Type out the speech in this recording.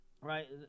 Right